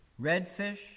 Redfish